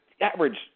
average